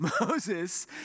Moses